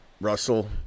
Russell